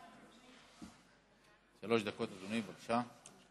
שלוש דקות, אדוני, בבקשה.